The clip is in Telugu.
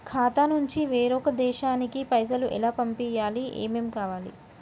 ఖాతా నుంచి వేరొక దేశానికి పైసలు ఎలా పంపియ్యాలి? ఏమేం కావాలి?